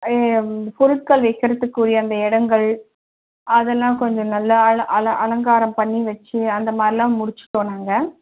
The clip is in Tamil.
எ பொருட்கள் வைக்கறத்துக்குரிய அந்த இடங்கள் அதெல்லாம் கொஞ்சம் நல்லா அல அல அலங்காரம் பண்ணி வச்சு அந்த மாதிரிலாம் முடிச்சுட்டோம் நாங்கள்